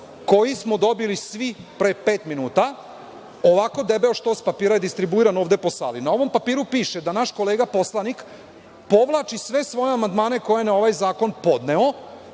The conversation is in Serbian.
koji smo dobili svi pre pet minuta. Ovako debeo štos papira je distribuiran ovde po sali. Na ovom papiru piše da naš kolega poslanik povlači sve svoje amandmane koje je na ovaj zakon podneo.